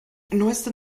neueste